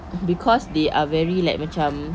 because they are very like macam